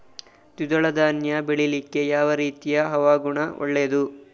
ದ್ವಿದಳ ಧಾನ್ಯ ಬೆಳೀಲಿಕ್ಕೆ ಯಾವ ರೀತಿಯ ಹವಾಗುಣ ಒಳ್ಳೆದು?